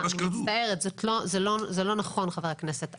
אני מצטערת, זה לא נכון חבר הכנסת.